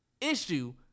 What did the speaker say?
issue